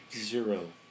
zero